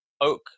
Oak